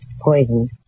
Poison